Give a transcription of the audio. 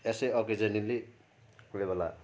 यसै अकेजनली कोही बेला